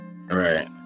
right